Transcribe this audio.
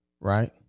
right